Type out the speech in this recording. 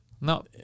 No